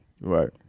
Right